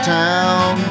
town